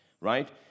right